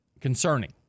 concerning